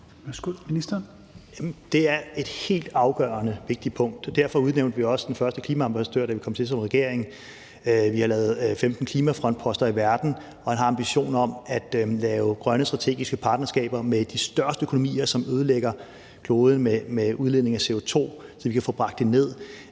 Det er et helt afgørende vigtigt punkt, og derfor udnævnte vi også den første klimaambassadør, da vi kom til som regering, og vi har lavet 15 klimafrontposter i verden og har en ambition om at lave grønne strategiske partnerskaber med de største økonomier, som ødelægger kloden med udledningen af CO2, så vi kan få bragt den ned.